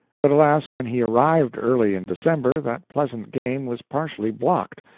but, alas, when he arrived early in december, that pleasant game was partially blocked,